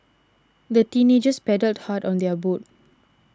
the teenagers paddled hard on their boat